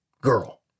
girl